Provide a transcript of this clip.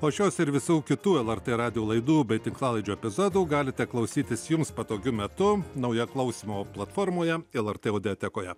o šios ir visų kitų lrt radijo laidų bei tinklalaidžių epizodų galite klausytis jums patogiu metu naujoje klausymo platformoje lrt audiotekoje